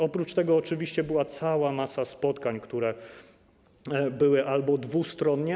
Oprócz tego oczywiście była cała masa spotkań, które były dwustronne.